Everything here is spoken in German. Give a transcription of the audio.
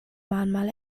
mahnmal